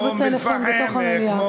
לא בטלפון בתוך המליאה.